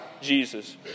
Jesus